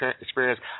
experience